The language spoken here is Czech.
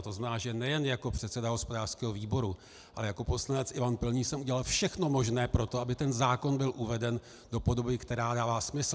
To znamená, že nejen jako předseda hospodářského výboru, ale jako poslanec Ivan Pilný jsem udělal všechno možné pro to, aby ten zákon byl uveden do podoby, která dává smysl.